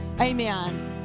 Amen